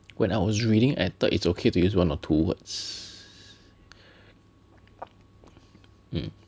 when I was reading I thought it's okay to use one or two words mm